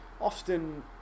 often